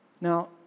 Now